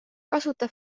kasuta